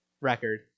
record